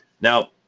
Now